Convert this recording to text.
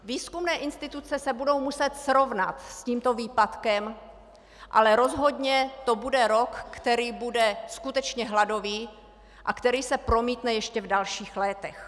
Výzkumné instituce se budou muset srovnat s tímto výpadkem, ale rozhodně to bude rok, který bude skutečně hladový a který se promítne ještě v dalších létech.